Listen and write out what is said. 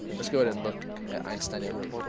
let's go ahead and look at einstein a miracle.